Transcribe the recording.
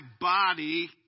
body